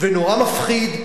ונורא מפחיד,